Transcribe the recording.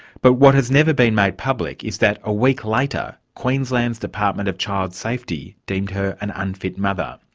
but what has never been made public is that a week later, queensland's department of child safety deemed her an unfit mother,